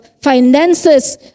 finances